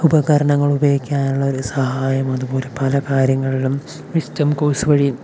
ഉപകരണങ്ങൾ ഉപയോഗിക്കാനുള്ള ഒരു സഹായം അതുപോലെ പല കാര്യങ്ങളിലും അവിടെ വിസ്ഡം കോഴ്സ് വഴിയും